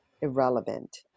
irrelevant